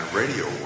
radio